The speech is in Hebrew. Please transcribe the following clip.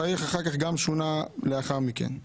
התאריך אחר כך גם שונה לאחר מכן.